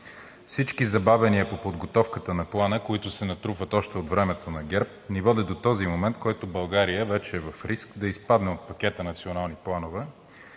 Всички забавяния по подготовката на Плана, които се натрупват още от времето на ГЕРБ, ни водят до този момент, в който България вече е в риск да изпадне от пакета „Национални планове“,